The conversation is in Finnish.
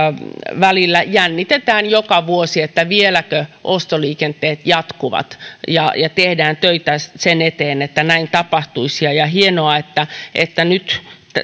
välillä jännitetään joka vuosi vieläkö ostoliikenteet jatkuvat ja ja tehdään töitä sen eteen että näin tapahtuisi hienoa että että nyt